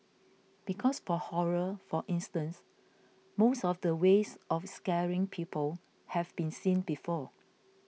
because for horror for instance most of the ways of scaring people have been seen before